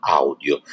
audio